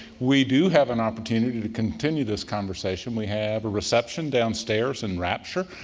we do have an opportunity to continue this conversation. we have a reception downstairs in wrapture,